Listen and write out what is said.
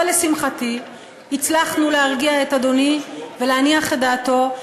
אבל לשמחתי הצלחנו להרגיע את אדוני ולהניח את דעתו.